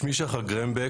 שמי שחר גרמבק,